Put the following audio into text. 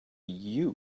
you